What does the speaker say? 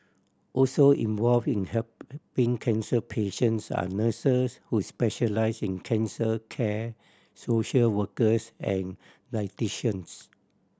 also involved in help helping cancer patients are nurses who specialise in cancer care social workers and dietitians